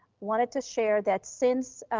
wanted to share that since